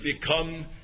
become